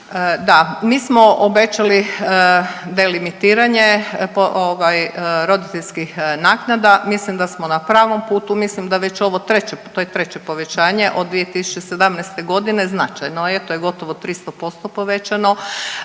Da, mi smo obećali delimitiranje ovaj roditeljskih naknada, mislim da smo na pravom putu. Mislim da već ovo treće, to je treće povećanje od 2017. godine značajno je, to je gotovo 300% povećano